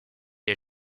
est